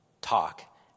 talk